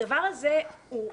הדבר הזה משמעותי,